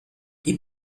die